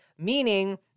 Meaning